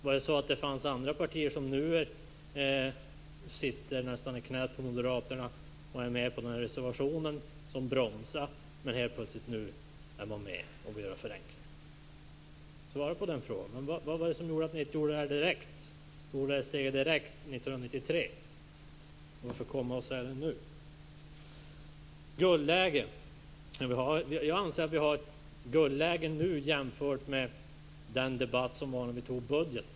Var det så att det fanns andra partier, partier som nu nästan sitter i knä på Moderaterna och är med på den här reservationen, som bromsade men som nu helt plötsligt är med och vill göra förenklingar? Svara på den frågan! Vad var det som gjorde att ni inte tog det här steget direkt 1993? Varför komma med det här nu? Jan-Olof Franzén talar om guldläge. Jag anser att vi har ett guldläge nu jämfört med läget när vi antog budgeten.